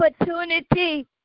opportunity